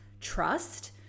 trust